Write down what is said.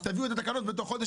תביאו את התקנות בתוך חודש.